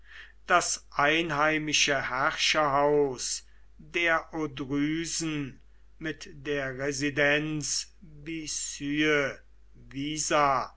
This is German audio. das einheimische herrscherhaus der odrysen mit der residenz bizye